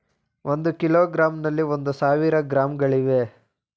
ಒಂದು ಕಿಲೋಗ್ರಾಂನಲ್ಲಿ ಒಂದು ಸಾವಿರ ಗ್ರಾಂಗಳಿವೆ